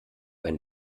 ein